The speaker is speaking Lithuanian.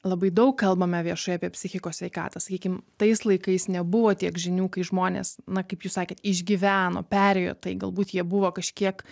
labai daug kalbame viešai apie psichikos sveikatą sakykim tais laikais nebuvo tiek žinių kai žmonės na kaip jūs sakėt išgyveno perėjo tai galbūt jie buvo kažkiek